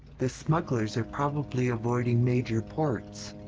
the smugglers are probably avoiding major ports.